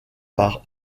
par